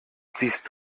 siehst